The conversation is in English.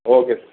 okay